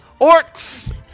Orcs